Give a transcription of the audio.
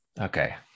Okay